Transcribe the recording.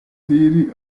diri